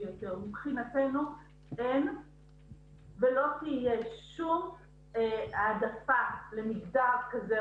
האם יש בנו איזה פגם?